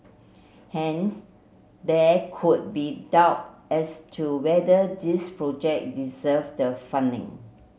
hence there could be doubt as to whether these project deserved the funding